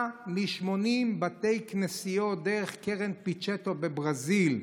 מ-80 בתי כנסיות דרך קרן פיצ'וטו בברזיל.